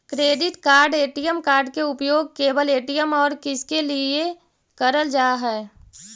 Credit card ATM card के उपयोग केवल ए.टी.एम और किसके के लिए करल जा है?